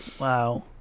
wow